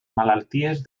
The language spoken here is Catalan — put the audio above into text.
malalties